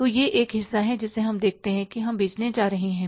तो यह एक हिस्सा है जिसे हम देखते हैं कि हम बेचने जा रहे हैं